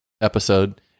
episode